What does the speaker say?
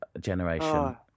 generation